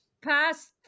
Past